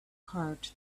heart